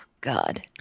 god